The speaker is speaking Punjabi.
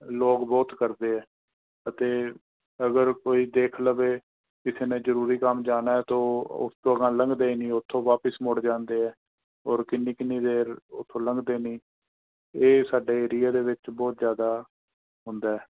ਲੋਕ ਬਹੁਤ ਕਰਦੇ ਹੈ ਅਤੇ ਅਗਰ ਕੋਈ ਦੇਖ ਲਵੇ ਕਿਸੇ ਨੇ ਜ਼ਰੂਰੀ ਕੰਮ ਜਾਣਾ ਹੈ ਤਾਂ ਉਸ ਤੋਂ ਗਾਹਾਂ ਲੰਘਦੇ ਨਹੀਂ ਉੱਥੋਂ ਵਾਪਸ ਮੁੜ ਜਾਂਦੇ ਹੈ ਔਰ ਕਿੰਨੀ ਕਿੰਨੀ ਦੇਰ ਉੱਥੋਂ ਲੰਘਦੇ ਨਹੀਂ ਇਹ ਸਾਡੇ ਏਰੀਏ ਦੇ ਵਿੱਚ ਬਹੁਤ ਜ਼ਿਆਦਾ ਹੁੰਦਾ ਹੈ